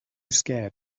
scared